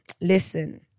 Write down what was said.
listen